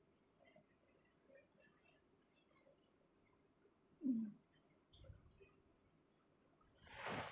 mm